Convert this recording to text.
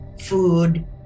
food